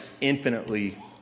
infinitely